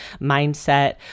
mindset